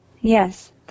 Yes